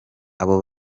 abo